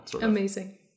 Amazing